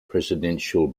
presidential